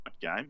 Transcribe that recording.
game